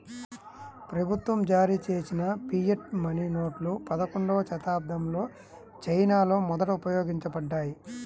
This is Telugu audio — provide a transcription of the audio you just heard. ప్రభుత్వం జారీచేసిన ఫియట్ మనీ నోట్లు పదకొండవ శతాబ్దంలో చైనాలో మొదట ఉపయోగించబడ్డాయి